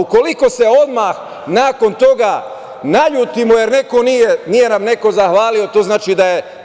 Ukoliko se odmah nakon toga naljutimo, jer nam neko nije zahvalio, to znači